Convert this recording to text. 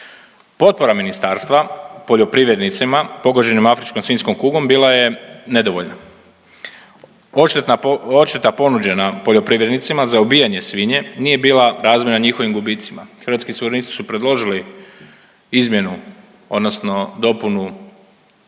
Potpora ministarstva poljoprivrednicima pogođenim afričkom svinjskom kugom bila je nedovoljna. Odšteta ponuđena poljoprivrednicima za ubijanje svinje nije bila razmjerna njihovim gubicima. Hrvatski suverenisti su predložili izmjenu, odnosno dopunu